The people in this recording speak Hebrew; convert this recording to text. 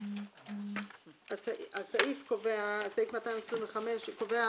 סעיף 225 קובע